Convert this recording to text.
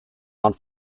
out